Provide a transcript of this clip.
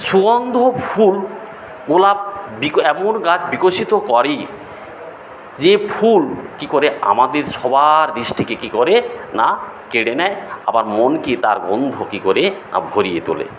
সুগন্ধ ফুল গোলাপ বিক এমন গাছ বিকশিত করে যে ফুল কি করে আমাদের সবার দিষ্টিকে কি করে না কেড়ে নেয় আবার মনকে তার গন্ধ কি করে না ভরিয়ে তোলে